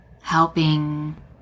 helping